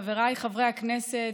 חבריי חברי הכנסת,